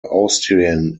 austrian